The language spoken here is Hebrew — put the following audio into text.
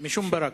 משום ברק.